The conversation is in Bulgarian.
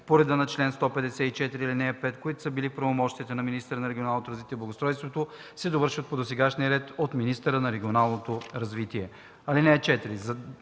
по реда на чл. 154, ал. 5, които са били в правомощията на министъра на регионалното развитие и благоустройството, се довършват по досегашния ред от министъра на регионалното развитие.